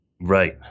Right